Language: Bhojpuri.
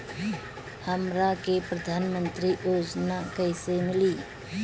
हमरा के प्रधानमंत्री योजना कईसे मिली?